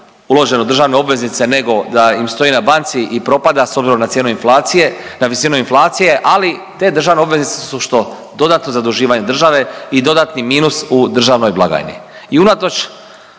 uložen u državne obveznice nego da im stoji na banci i propada s obzirom na cijenu inflaciju, na visinu inflaciju, ali te državne obveznice su što, dodatno zaduživanje države i dodatni minus u državnoj blagajni.